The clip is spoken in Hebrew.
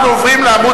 אנחנו עוברים לעמוד